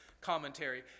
commentary